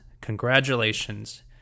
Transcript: Congratulations